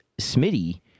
Smitty